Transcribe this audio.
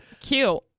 Cute